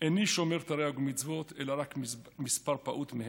"איני שומר תרי"ג מצוות, אלא רק מספר פעוט מהן,